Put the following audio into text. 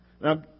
Now